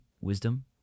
wisdom